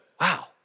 Wow